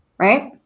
right